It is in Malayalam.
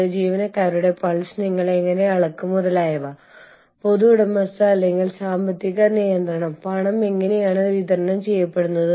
അതിനാൽ ഇവയ്ക്കിടയിൽ നിങ്ങൾ എങ്ങനെ സന്തുലിതാവസ്ഥ കൈവരിക്കും എങ്ങനെ നിലനിർത്തും എങ്ങനെ എല്ലാവരേയും സംതൃപ്തരാക്കും